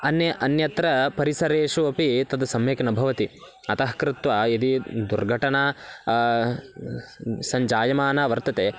अन्ये अन्यत्र परिसरेषु अपि तत् सम्यक् न भवति अतः कृत्वा यदि दुर्घटना सञ्जायमाना वर्तते